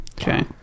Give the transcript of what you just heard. Okay